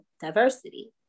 diversity